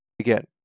again